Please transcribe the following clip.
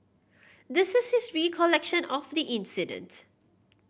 this is his recollection of the incident